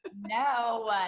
No